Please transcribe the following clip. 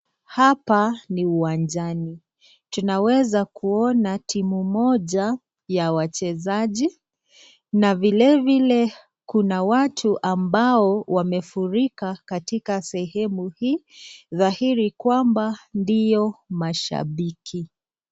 Hapa ni uwanjani. Tunaweza kuona timu moja ya wachezaji na vilevile kuna watu ambao wamefurika katika sehemu hii, dhahiri kwamba ndiyo mashabiki.